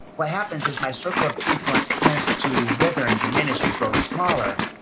what happens is my circle of influence tends to wither, and diminish and grow smaller,